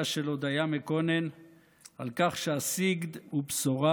של הודיה מקונן על כך שהסגד הוא בשורה,